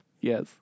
Yes